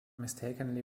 mistakenly